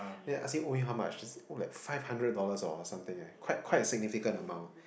then I asked him owed you how much owed like five hundred dollars or something like quite quite a significant amount